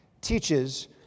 teaches